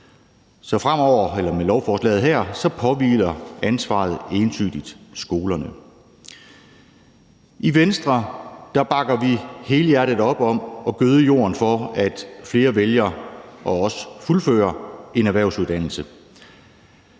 her påhviler ansvaret entydigt skolerne. I Venstre bakker vi helhjertet op om at gøde jorden for, at flere vælger og også fuldfører en erhvervsuddannelse.